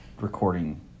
recording